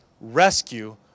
rescue